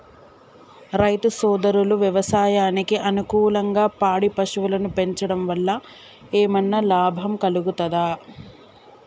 రైతు సోదరులు వ్యవసాయానికి అనుకూలంగా పాడి పశువులను పెంచడం వల్ల ఏమన్నా లాభం కలుగుతదా?